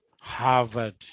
Harvard